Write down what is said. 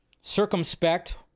Circumspect